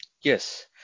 yes